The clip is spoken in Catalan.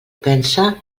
pensa